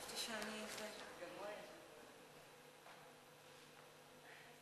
למדתי שבכל מקום שבו מדברים על שוויון, אתה תמצא